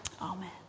Amen